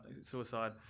suicide